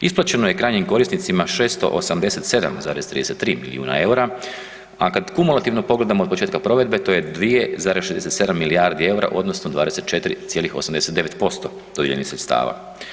Isplaćeno je krajnjim korisnicima 687,33 milijuna EUR-a, a kad kumulativno pogledamo od početka provedbe to je 2,67 milijardi EUR-a odnosno 24,89% dodijeljenih sredstava.